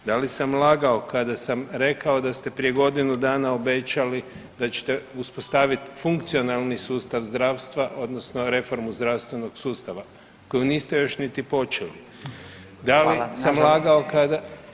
Da li sam lagao kada sam rekao da ste prije godinu dana obećali da ćete uspostaviti funkcionalni sustav zdravstva odnosno reformu zdravstvenog sustava koju niste još nit počeli? [[Upadica: Hvala.]] Da li sam lagao kada…